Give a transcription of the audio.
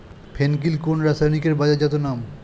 ফেন কিল কোন রাসায়নিকের বাজারজাত নাম?